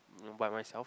mm by myself